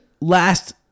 Last